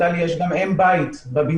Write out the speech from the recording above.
לטלי יש גם אם בית בבניין,